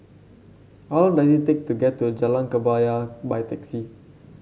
how long does it take to get to Jalan Kebaya by taxi